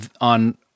on